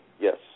Yes